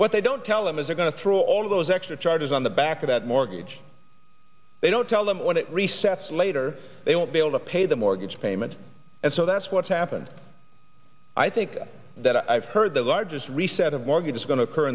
what they don't tell them is are going to throw all those extra charges on the back of that mortgage they don't tell them when it resets later they won't be able to pay the mortgage payment and so that's what's happened i think that i've heard the largest reset of mortgages going to occur